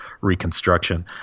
reconstruction